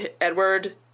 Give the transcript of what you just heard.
Edward